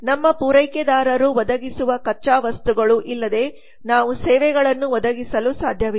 ನಮ್ಮ ಪೂರೈಕೆದಾರರು ಒದಗಿಸುವ ಕಚ್ಚಾ ವಸ್ತುಗಳು ಇಲ್ಲದೆ ನಾವು ಸೇವೆಗಳನ್ನು ಒದಗಿಸಲು ಸಾಧ್ಯವಿಲ್ಲ